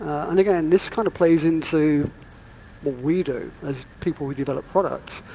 and again this kind of plays into what we do as people, we develop products,